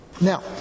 Now